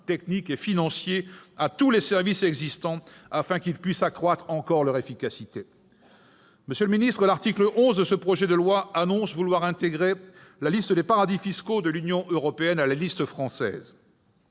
techniques et financiers à tous les services existants, afin qu'ils puissent encore augmenter leur efficacité. Monsieur le ministre, l'article 11 de ce projet de loi prévoit d'intégrer la liste des paradis fiscaux de l'Union européenne à la liste française.